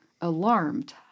alarmed